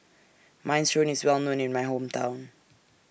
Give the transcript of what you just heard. Minestrone IS Well known in My Hometown